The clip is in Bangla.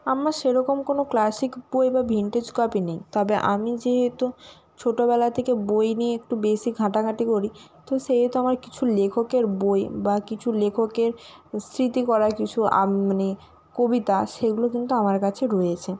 আমার সেরকম কোনও ক্লাসিক বই বা ভিন্টেজ কপি নেই তবে আমি যেহেতু ছোটবেলা থেকে বই নিয়ে একটু বেশি ঘাঁটাঘাঁটি করি তো সেহেতু আমার কিছু লেখকের বই বা কিছু লেখকের স্মৃতি করা কিছু মানে কবিতা সেইগুলো কিন্তু আমার কাছে রয়েছে